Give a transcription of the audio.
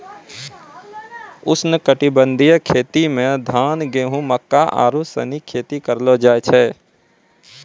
उष्णकटिबंधीय खेती मे धान, गेहूं, मक्का आरु सनी खेती करलो जाय छै